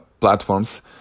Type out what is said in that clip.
platforms